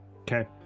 Okay